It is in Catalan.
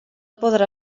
podrà